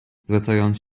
zwracając